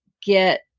get